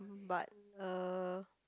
but uh